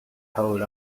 hold